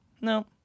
No